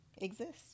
exists